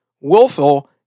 willful